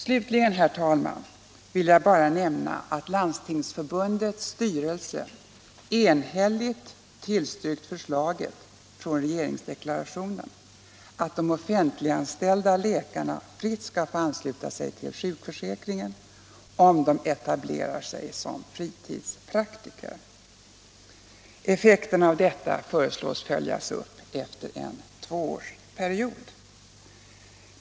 Slutligen, herr talman, vill jag bara nämna att Landstingsförbundets styrelse enhälligt tillstyrkt förslaget i regeringsdeklarationen att de offentliganställda läkarna fritt skall få ansluta sig till sjukförsäkringen om de etablerar sig som fritidspraktiker. Effekterna av detta föreslås följas upp efter en tvåårsperiod.